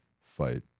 fight